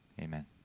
Amen